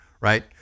right